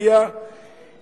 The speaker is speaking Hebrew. הצביעו עליה,